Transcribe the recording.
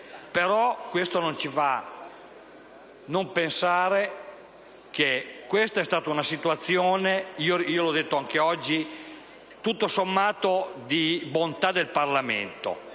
Però, questo non ci fa non pensare che è stata una testimonianza (l'ho detto anche oggi), tutto sommato, di bontà del Parlamento.